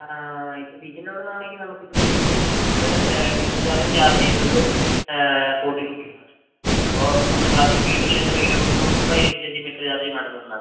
ഇപ്പോൾ ബീച്ചിൻ്റവിടുന്നാണെങ്കിൽ നമുക്കിപ്പോൾ കിലോമീറ്ററിനു നമ്മള് മിനിമം ചാർജു ചാർജ് ചെയ്യുന്നത് ഫോർട്ടി റുപ്പീസാണ് അപ്പോൾ നമ്മള് ബാക്കി മീറ്ററിൽ എത്ര കിലോമീറ്ററോടുന്നുണ്ടോ അതിനനുസരിച്ചു മീറ്റർ ചാർജ് മാഡം തന്നാൽ മതി